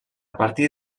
partir